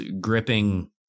gripping